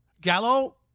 Gallo